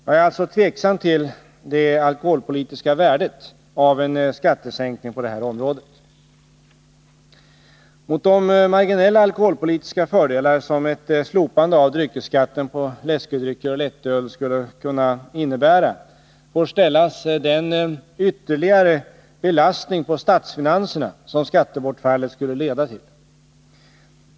Jag är alltså tveksam till det alkoholpolitiska värdet av en skattesänkning på detta område. Mot de marginella alkoholpolitiska fördelar som ett slopande av dryckesskatten på läskedrycker och lättöl skulle kunna innebära får ställas den ytterligare belastning på statsfinanserna som skattebortfallet skulle leda till.